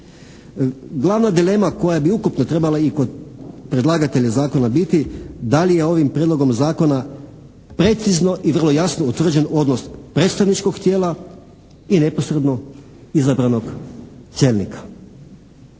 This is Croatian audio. Glavna dilema koja bi ukupno trebala i kod predlagatelja zakona biti da li je ovim Prijedlogom zakona precizno i vrlo jasno utvrđen odnos predstavničkog tijela i neposredno izabranog čelnika?